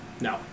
No